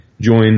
Join